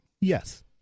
Yes